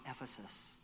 Ephesus